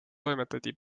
toimetati